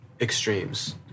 extremes